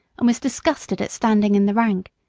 and was disgusted at standing in the rank,